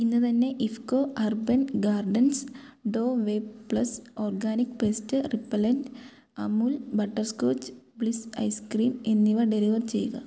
ഇന്ന് തന്നെ IFFCO urban gardens ഡോ വേപ്പ് plus organic pest repellent Amul butterscotch bliss ice cream എന്നിവ ഡെലിവർ ചെയ്യുക